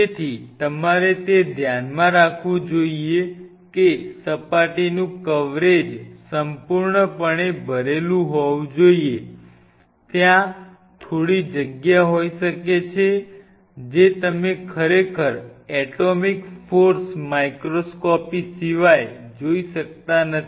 તેથી તમારે તે ધ્યાનમાં રાખવું જોઈએ કે સપાટીનું કવરેજ સંપૂર્ણપણે ભરેલું હોવું જોઈએ ત્યાં થોડી જગ્યા હોઈ શકે છે જે તમે ખરેખર એટોમિક ફોર્સ માઇક્રોસ્કોપી સિવાય જોઇ શકતા નથી